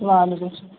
وعلیکم السلام